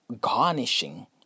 garnishing